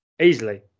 easily